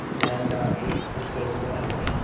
and with the skills available.